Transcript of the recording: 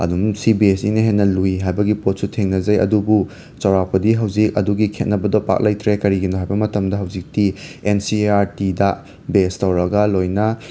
ꯑꯗꯨꯝ C B S ꯁꯤꯅ ꯍꯦꯟꯅ ꯂꯨꯏ ꯍꯥꯏꯕꯒꯤ ꯄꯣꯠꯁꯨ ꯊꯦꯡꯅꯖꯩ ꯑꯗꯨꯕꯨ ꯆꯥꯎꯔꯥꯛꯄꯗꯤ ꯍꯧꯖꯤꯛ ꯑꯗꯨꯒꯤ ꯈꯦꯠꯅꯕꯗꯣ ꯄꯥꯛꯅ ꯂꯩꯇ꯭ꯔꯦ ꯀꯔꯤꯒꯤꯅꯣ ꯍꯥꯏꯕ ꯃꯇꯝꯗ ꯍꯧꯖꯤꯛꯇꯤ ꯑꯦꯟ ꯁꯤ ꯑꯦ ꯑꯥꯔ ꯇꯤꯗ ꯕꯦꯁ ꯇꯧꯔꯒ ꯂꯣꯏꯅ